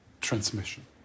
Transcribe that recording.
transmission